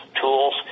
tools